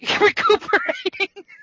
recuperating